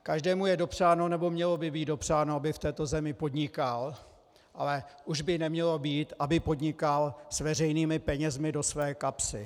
Každému je dopřáno, nebo mělo by být dopřáno, aby v této zemi podnikal, ale už by nemělo být, aby podnikal s veřejnými penězi do své kapsy.